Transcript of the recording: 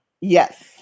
Yes